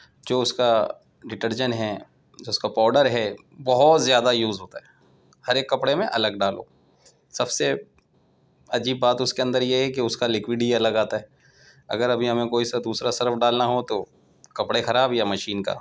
جو اس کا ڈیٹرجن ہے جو اس کا پاؤڈر ہے بہت زیادہ یوز ہوتا ہے ہر ایک کپڑے میں الگ ڈالو سب سے عجیب بات اس کے اندر یہ ہے کہ اس کا لکویڈ ہی الگ آتا ہے اگر ابھی ہمیں کوئی سا دوسرا صرف ڈالنا ہو تو کپڑے خراب یا مشین کا